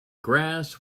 grass